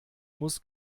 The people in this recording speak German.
muss